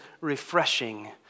refreshing